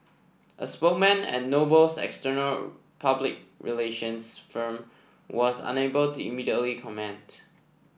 a spokesman at Noble's external public relations firm was unable to immediately comment